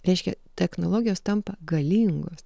reiškia technologijos tampa galingos